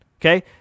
Okay